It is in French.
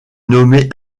nommé